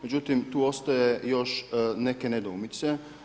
Međutim, tu ostaje još neke nedoumice.